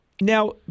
Now